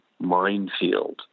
minefield